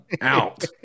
Out